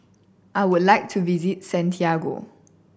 I would like to visit Santiago